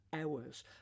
hours